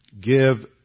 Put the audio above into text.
give